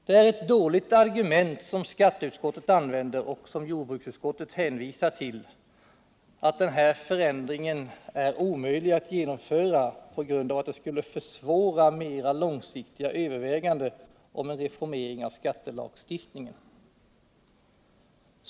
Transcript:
Det är ett dåligt argument som skatteutskottet använder och som jordbruksutskottet hänvisar till, att den här förändringen är olämplig att genomföra på grund av att det skulle försvåra mera långsiktiga överväganden om en reformering av skattelagstiftningen.